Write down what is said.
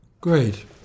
Great